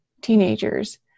teenagers